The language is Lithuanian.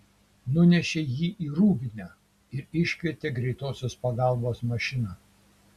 nunešė jį į rūbinę ir iškvietė greitosios pagalbos mašiną